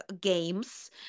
games